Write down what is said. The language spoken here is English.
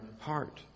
heart